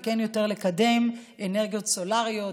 וכן יותר לקדם אנרגיות סולריות,